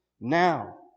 Now